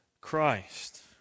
Christ